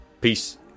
Peace